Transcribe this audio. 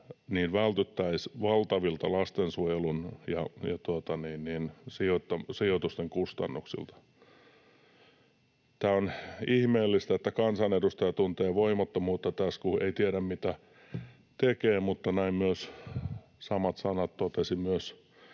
niin vältyttäisiin valtavilta lastensuojelun ja sijoitusten kustannuksilta. Tämä on ihmeellistä, että kansanedustaja tuntee voimattomuutta tässä, kun ei tiedä, mitä tekee, mutta samat sanat totesi myös